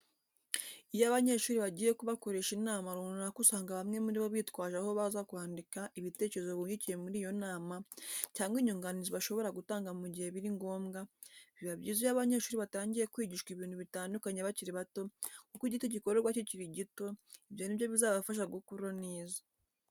Iyo abanyeshuri bagiye kubakoresha inama runaka usanga bamwe muri bo bitwaje aho baza kwandika ibitekerezo bungukiye muri iyo nama cyangwa inyunganizi bashobora gutanga mugihe biri ngombwa, biba byiza iyo abanyeshuri batangiye kwigishwa ibintu bitandukanye bakiri bato kuko igiti kigororwa kikiri gito, ibyo nibyo bizabafasha gukura neza.